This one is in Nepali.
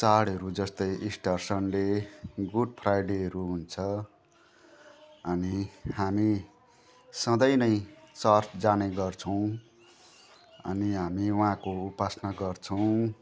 चाडहरू जस्तै इस्टर सन्डे गुड फ्राइडेहरू हुन्छ अनि हामी सधैँ नै चर्च जाने गर्छौँ अनि हामी उहाँको उपासना गर्छौँ